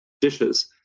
dishes